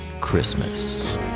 Christmas